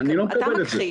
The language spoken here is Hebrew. אני לא מקבל את זה.